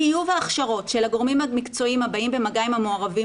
טיוב ההכשרות של הגורמים המקצועיים הבאים במגע עם המעורבים